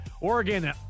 Oregon